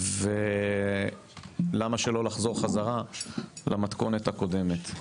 ולמה לא לחזור למתכונת הקודמת.